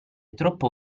troppo